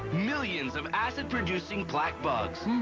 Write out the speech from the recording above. millions of acid producing plaque bugs.